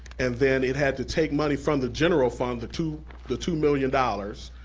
and then it had to take money from the general fund, the two the two million dollars,